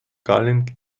calling